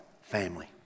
family